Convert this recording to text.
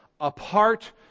apart